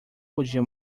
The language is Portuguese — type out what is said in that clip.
podia